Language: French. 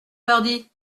pardi